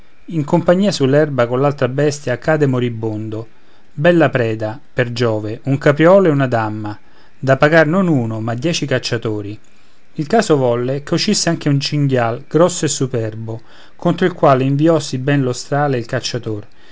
in compagnia sull'erba coll'altra bestia cadde moribondo bella preda per giove un capriolo e una damma da pagar non uno ma dieci cacciatori il caso volle ch'uscisse anche un cinghial grosso e superbo contro il quale inviò sì ben lo strale il cacciator